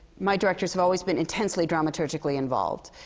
my directors have always been intensely dramaturgically involved.